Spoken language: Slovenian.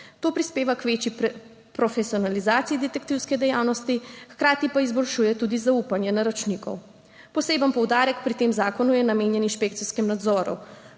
To prispeva k večji profesionalizaciji detektivske dejavnosti, hkrati pa izboljšuje tudi zaupanje naročnikov. Poseben poudarek pri tem zakonu je namenjen inšpekcijskemu nadzoru.